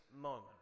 moment